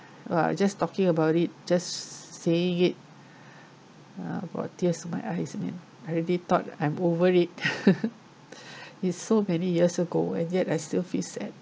!wah! I just talking about it just saying it uh brought tears to my eyes man I already thought I'm over it it's so many years ago and yet I still feel sad